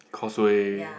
causeway